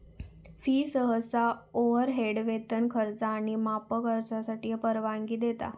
fee सहसा overhead, वेतन, खर्च आणि मार्कअपसाठी परवानगी देता